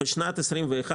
בשנת 21',